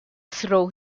throw